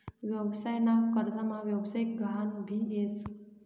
व्यवसाय ना कर्जमा व्यवसायिक गहान भी येस